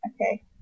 okay